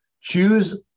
choose